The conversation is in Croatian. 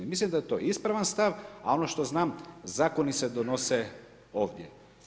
Mislim da je to ispravan stav, a ono što znam zakoni se donose ovdje.